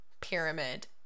pyramid